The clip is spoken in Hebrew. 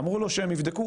אמרו לו שהם יבדקו,